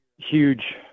Huge